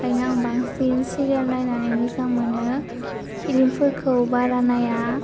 ओंखायनो आं बांसिन सिरियाल नायनानै मोजां मोनो फिलिमफोरखौ बारा नाया